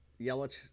Yelich